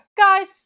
Guys